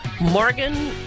Morgan